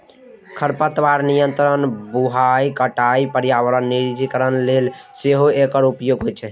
खरपतवार नियंत्रण, बुआइ, कटाइ, पर्यावरण निरीक्षण लेल सेहो एकर प्रयोग होइ छै